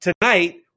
tonight